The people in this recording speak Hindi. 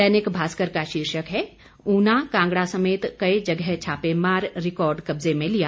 दैनिक भास्कर का शीर्षक है ऊना कांगड़ा समेत कई जगह छापे मार रिकॉर्ड कब्जे में लिया